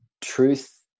truth